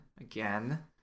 again